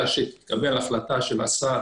ברגע שתתקבל החלטה של השר